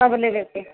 सब लेबयके है